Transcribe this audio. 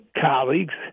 colleagues